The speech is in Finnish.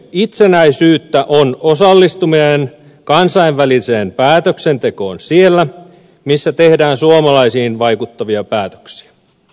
itsenäisyyttä on osallistuminen kansainväliseen päätöksentekoon siellä missä tehdään suomalaisiin vaikuttavia päätöksiä